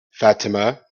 fatima